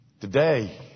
Today